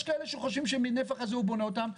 יש כאלה שחושבים שהנפח הזה בונה אותם.